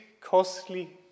costly